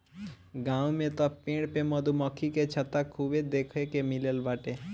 गांव में तअ पेड़ पे मधुमक्खी के छत्ता खूबे देखे के मिलत बाटे